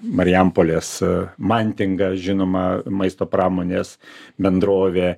marijampolės mantinga žinoma maisto pramonės bendrovė